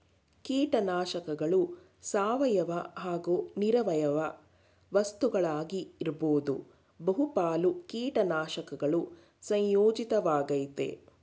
ಕೀಟನಾಶಕಗಳು ಸಾವಯವ ಹಾಗೂ ನಿರವಯವ ವಸ್ತುಗಳಾಗಿರ್ಬೋದು ಬಹುಪಾಲು ಕೀಟನಾಶಕಗಳು ಸಂಯೋಜಿತ ವಾಗಯ್ತೆ